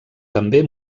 també